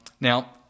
Now